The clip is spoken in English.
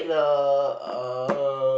the uh